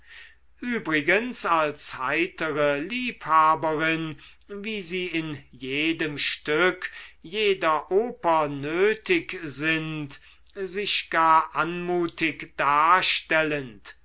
übrigens als heitere liebhaberin wie sie in jedem stück jeder oper nötig sind sich gar anmutig darstellend